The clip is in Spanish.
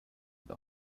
aquí